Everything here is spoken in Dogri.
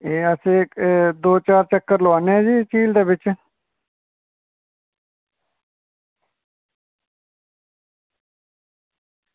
ते एह् अस दौ चार चक्कर लोआनै आं भी इसी झील बिच